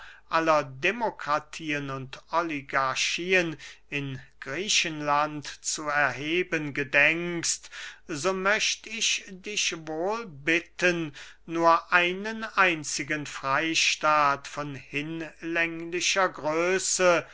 aller demokratien und oligarchien in griechenland zu erheben gedenkst so möcht ich dich wohl bitten nur einen einzigen freystaat von hinlänglicher größe